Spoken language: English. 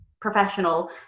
professional